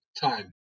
time